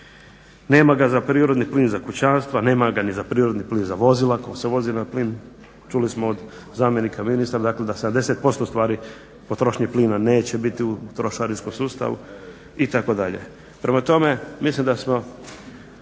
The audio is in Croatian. Nema ga za prirodni plin za kućanstva, nema ga ni za prirodni plin za vozila tko se vozi na plin. Čuli smo od zamjenika ministra, dakle da 70% stvari potrošnje plina neće biti u trošarinskom sustavu itd. Prema tome, mislim da smo